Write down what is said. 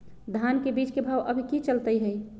धान के बीज के भाव अभी की चलतई हई?